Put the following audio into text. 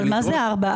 אבל מה זה ארבע?